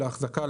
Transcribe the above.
להחזקה,